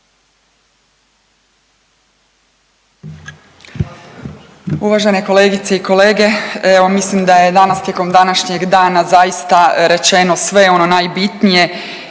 Uvažene kolegice i kolege, evo mislim da je danas tijekom današnjeg dana zaista rečeno sve ono najbitnije